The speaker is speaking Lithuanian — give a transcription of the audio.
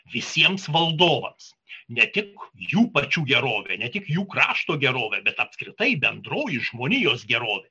visiems valdovams ne tik jų pačių gerovė ne tik jų krašto gerovė bet apskritai bendroji žmonijos gerovė